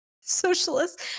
socialist